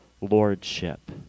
lordship